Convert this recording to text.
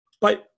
Bye